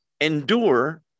endure